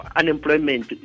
unemployment